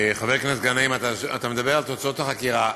חבר הכנסת גנאים, אתה מדבר על תוצאות החקירה.